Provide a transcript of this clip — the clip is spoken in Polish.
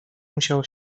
musiał